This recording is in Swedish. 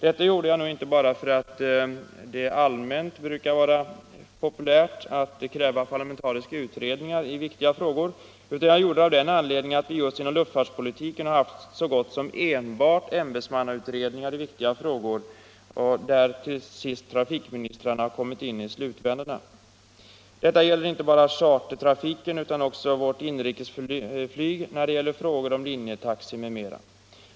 Detta gjorde jag nu inte bara för att det brukar vara populärt att kräva parlamentariska utredningar i viktiga frågor, utan jag gjorde det av den anledningen att vi just inom luftfartspolitiken har haft så gott som enbart ämbetsmannautredningar, där trafikministrarna kommit in i slutvändorna. Detta gäller inte bara chartertrafiken utan också vårt inrikesflyg — i frågor om linjetaxi m.m.